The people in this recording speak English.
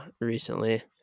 recently